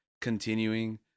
continuing